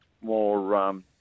more